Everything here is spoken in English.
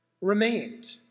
remained